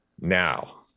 Now